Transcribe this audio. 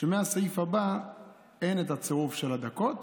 שמהסעיף הבא אין את הצירוף של הדקות,